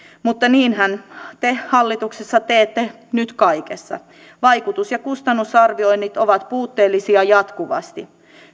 mutta niinhän te hallituksessa teette nyt kaikessa vaikutus ja kustannusarvioinnit ovat puutteellisia jatkuvasti